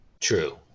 True